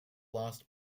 lost